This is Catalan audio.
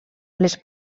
les